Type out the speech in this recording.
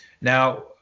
Now